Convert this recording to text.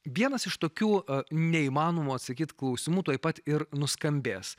vienas iš tokių neįmanomų atsakyti klausimų tuoj pat ir nuskambės